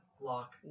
lock